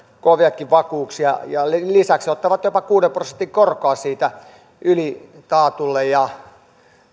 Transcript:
koviakin vakuuksia ja lisäksi ottavat jopa kuuden prosentin korkoa siitä ylitaatulle ja